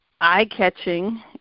eye-catching